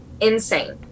insane